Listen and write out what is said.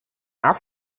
auf